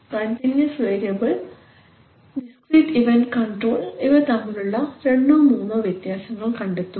continuous variable discrete event control ഇവ തമ്മിലുള്ള രണ്ടോ മൂന്നോ വ്യത്യാസങ്ങൾ കണ്ടെത്തുക